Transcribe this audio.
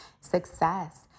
success